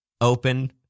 open